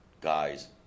guys